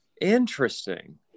Interesting